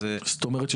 זאת אומרת,